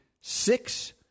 six